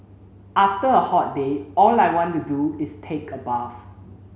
after a hot day all I want to do is take a bath